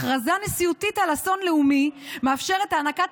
הכרזה נשיאותית על אסון לאומי מאפשרת הענקת